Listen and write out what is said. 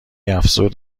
افزود